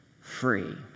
free